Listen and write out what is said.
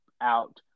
out